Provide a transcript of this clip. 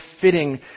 fitting